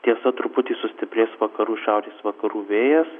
tiesa truputį sustiprės vakarų šiaurės vakarų vėjas